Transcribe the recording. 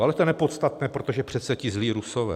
Ale to je nepodstatné, protože přece ti zlí Rusové...